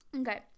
okay